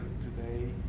today